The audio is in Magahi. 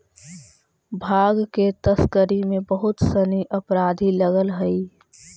भाँग के तस्करी में बहुत सनि अपराधी लगल हइ